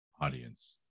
audience